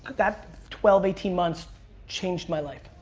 that twelve, eighteen months changed my life.